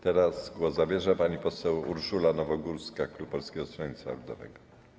Teraz głos zabierze pani poseł Urszula Nowogórska, klub Polskiego Stronnictwa Ludowego.